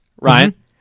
Ryan